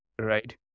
Right